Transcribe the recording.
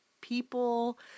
people